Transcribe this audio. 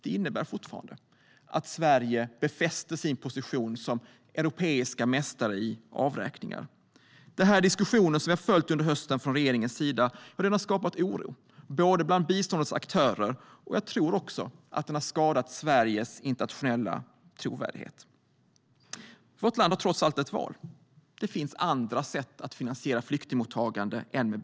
Det innebär att Sverige fortfarande befäster sin position som Europamästare i avräkningar. Detta är diskussioner som har skapat oro bland biståndets aktörer, och jag tror också att det har skadat Sveriges internationella trovärdighet. Vårt land har trots allt ett val. Det finns andra sätt att finansiera flyktingmottagandet.